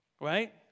Right